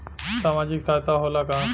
सामाजिक सहायता होला का?